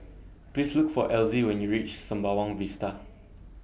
Please Look For Elzy when YOU REACH Sembawang Vista